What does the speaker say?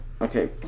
Okay